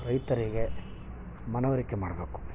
ರೈತರಿಗೆ ಮನವರಿಕೆ ಮಾಡಬೇಕು